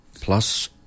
Plus